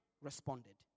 responded